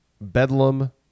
Bedlam